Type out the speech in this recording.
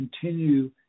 continue